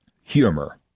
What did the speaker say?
humor